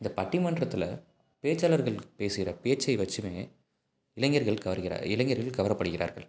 இந்த பட்டிமன்றத்தில் பேச்சாளர்கள் பேசுகிற பேச்சை வச்சுயுமே இளைஞர்கள் கவர்கிறார் இளைஞர்கள் கவரப்படுகிறார்கள்